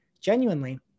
genuinely